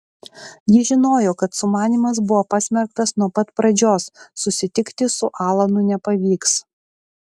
ji žinojo kad sumanymas buvo pasmerktas nuo pat pradžios susitikti su alanu nepavyks